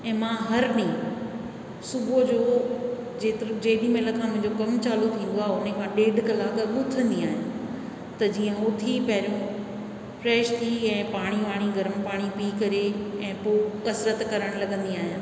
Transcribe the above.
ऐं मां हर ॾींहुं सुबुह जो जेतिरी जेॾी महिल खां मुंहिंजो कमु चालू थींदो आहे उन खां ॾेढ कलाकु अॻु उथंदी आहियां त जीअं उथी पहिरियों फ्रेश थी ऐं पाणी वाणी गर्म पाणी पी करे ऐं पोइ कसरत करणु लॻंदी आहियां